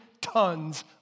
tons